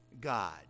God